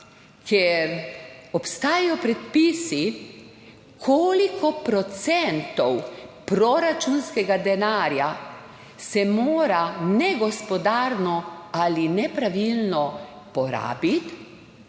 ker obstajajo predpisi, koliko procentov proračunskega denarja se mora negospodarno ali nepravilno porabiti,